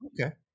Okay